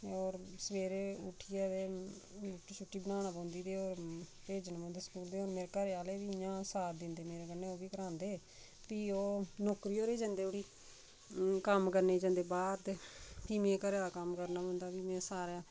होर सवेरे उट्ठियै ते रुट्टी छुट्टी बनाना पौंदी ते ओह् भेजना पौंदे स्कूल ते होर मेरे घरे आह्ले बी इयां साथ दिंदे मेरे कन्नै ओह् बी करांदे फ्ही ओह् नौकरियै'रे जंदे उठी कम्म करने जंदे बाह्र ते फ्ही में घरा दा कम्म करना पौंदा फ्ही में सारा